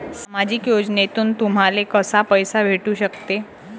सामाजिक योजनेतून तुम्हाले कसा पैसा भेटू सकते?